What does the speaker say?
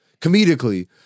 comedically